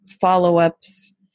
follow-ups